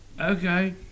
Okay